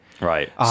Right